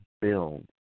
build